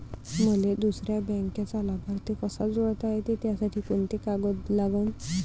मले दुसऱ्या बँकेचा लाभार्थी कसा जोडता येते, त्यासाठी कोंते कागद लागन?